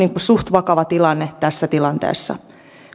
suht vakava tilanne tässä tilanteessa